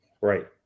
Right